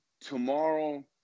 tomorrow